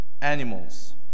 animals